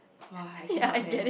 !wah! I cannot man